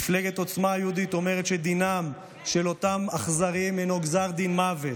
מפלגת עוצמה יהודית אומרת שדינם של אותם אכזרים הוא גזר דין מוות.